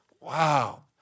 Wow